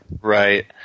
Right